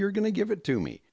you're going to give it to me